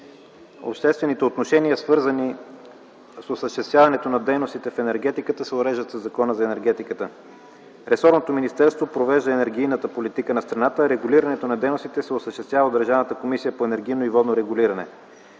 Обществените отношения, свързани с осъществяването на дейностите в енергетиката, се уреждат със Закона за енергетиката. Ресорното министерство провежда енергийната политика на страната, а регулирането на дейностите се осъществява от Държавната комисия за енергийно и водно регулиране.